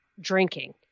drinking